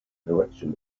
direction